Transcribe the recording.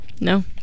No